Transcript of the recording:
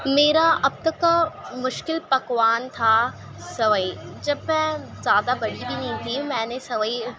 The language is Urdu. میرا اب تک کا مشکل پکوان تھا سیوئی جب میں زیادہ بڑی بھی نہیں تھی میں نے سوئی